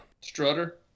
Strutter